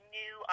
new